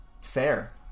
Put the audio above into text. fair